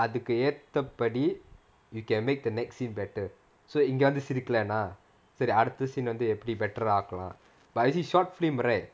அதுக்கு ஏத்தப்படி:athuku yaethappadi you can make the next scene better so இங்க வந்து சிரிக்கலைனா சரி அடுத்தinga vanthu sirikkalainaa sari adutha scene வந்து எப்படி:vanthu eppadi better ஆக்கலாம்:aakkalaam but actually short film right